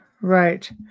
Right